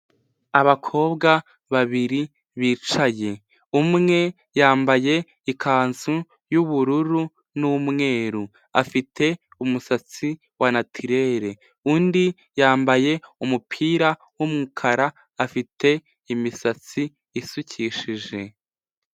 Abakobwa babiri bicaye, umwe yambaye ikanzu y'ubururu n'umweru, afite umusatsi wa natirere, undi yambaye umupira w'umukara afite imisatsi isukishije.